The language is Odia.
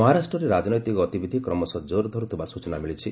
ମହାରାଷ୍ଟ୍ରରେ ରାଜିନତିକ ଗତିବିଧି କ୍ରମଶଃ ଜୋର୍ ଧରୁଥିବା ସ୍ଚଚନା ମିଳିଛି